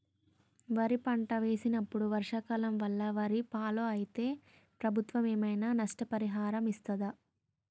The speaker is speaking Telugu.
వరి పంట వేసినప్పుడు వర్షాల వల్ల వారిని ఫాలో అయితే ప్రభుత్వం ఏమైనా నష్టపరిహారం ఇస్తదా?